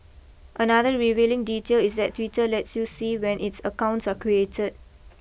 another revealing detail is that Twitter lets you see when its accounts are created